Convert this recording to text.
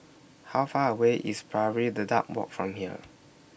How Far away IS Pari Dedap Walk from here